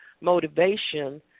motivation